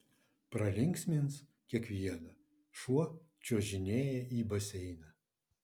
pralinksmins kiekvieną šuo čiuožinėja į baseiną